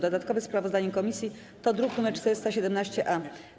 Dodatkowe sprawozdanie komisji to druk nr 417-A.